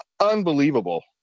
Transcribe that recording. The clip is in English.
unbelievable